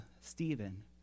Stephen